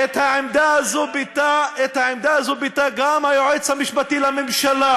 ואת העמדה הזו ביטא גם היועץ המשפטי לממשלה,